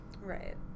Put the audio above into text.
Right